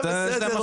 בסדר,